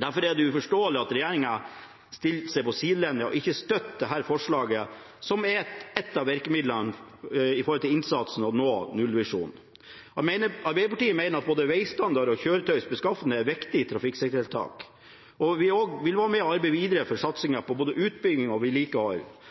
Derfor er det uforståelig at regjeringen har stilt seg på sidelinja og ikke støtter dette forslaget som er et av virkemidlene når det gjelder innsatsen for å nå nullvisjonen. Arbeiderpartiet mener at både vegstandard og kjøretøyets beskaffenhet er viktige trafikksikkerhetstiltak. Vi vil derfor videreføre satsingen på både utbygging og vedlikehold